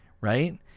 right